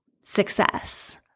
success